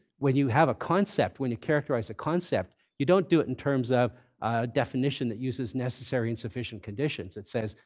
when you have a concept, when you characterize a concept, you don't do it in terms of a definition that uses necessary and sufficient conditions. it says,